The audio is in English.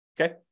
Okay